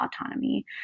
autonomy